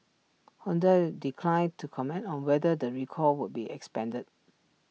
Hyundai declined to comment on whether the recall would be expanded